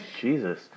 Jesus